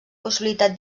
possibilitat